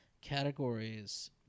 categories